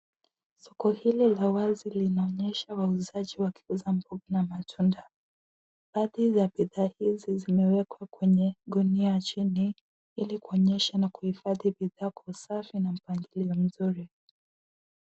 Soko hili la wazi linaonyesha wauzaji wakiuza mboga na matunda. Baadhi za bidhaa hizi zimewekwa kwenye gunia chini ili kuonyesha na kuhifadhi bidhaa kwa usafi na mpangilio mzuri.